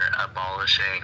abolishing